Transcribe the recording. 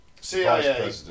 CIA